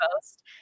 post